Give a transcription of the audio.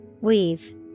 Weave